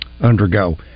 undergo